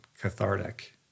cathartic